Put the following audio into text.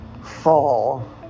fall